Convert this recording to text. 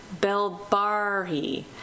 belbari